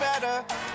better